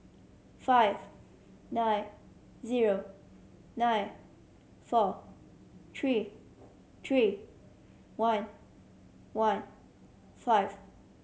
five nine zero nine four three three one one five